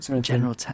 General